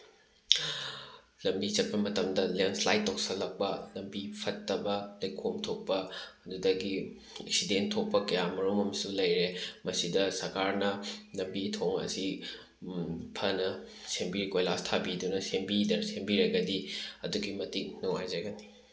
ꯂꯝꯕꯤ ꯆꯠꯄ ꯃꯇꯝꯗ ꯂꯦꯟꯁ꯭ꯂꯥꯏꯠ ꯇꯧꯁꯜꯂꯛꯄ ꯂꯝꯕꯤ ꯐꯠꯇꯕ ꯂꯩꯈꯣꯝ ꯊꯣꯛꯄ ꯑꯗꯨꯗꯒꯤ ꯑꯦꯁꯤꯗꯦꯟ ꯊꯣꯛꯄ ꯀꯌꯥꯃꯔꯨꯝ ꯑꯃꯁꯨ ꯂꯩꯔꯦ ꯃꯁꯤꯗ ꯁꯔꯀꯥꯔꯅ ꯂꯝꯕꯤ ꯊꯣꯡ ꯑꯁꯤ ꯐꯅ ꯁꯦꯝꯕꯤ ꯀꯣꯏꯂꯥꯁ ꯊꯥꯕꯤꯗꯨꯅ ꯁꯦꯝꯕꯤꯔꯒꯗꯤ ꯑꯗꯨꯛꯀꯤ ꯃꯇꯤꯛ ꯅꯨꯡꯉꯥꯏꯖꯒꯅꯤ